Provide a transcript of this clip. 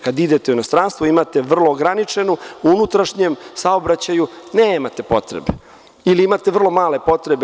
Kad idete u inostranstvo imate vrlo ograničeno, a u unutrašnjem saobraćaju nemate potrebe, ili imate vrlo male potrebe.